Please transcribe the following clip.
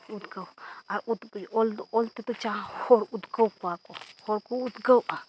ᱩᱫᱽᱜᱟᱹᱣ ᱟᱨ ᱩᱫᱽᱜᱟᱹᱣ ᱚᱞ ᱛᱮᱫᱚ ᱡᱟᱦᱟᱸᱭ ᱦᱚᱲ ᱩᱫᱽᱜᱟᱹᱣ ᱠᱚᱣᱟ ᱠᱚ ᱦᱚᱲ ᱠᱚ ᱩᱫᱽᱜᱟᱹᱣᱚᱜᱼᱟ